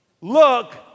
Look